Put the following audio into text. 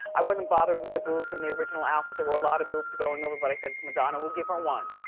i wasn't bothered with the boobs in the original outfit, there were a lot of boobs going over, but i said, it's madonna, we'll give her one.